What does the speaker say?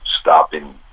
stopping